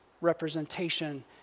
representation